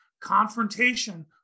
Confrontation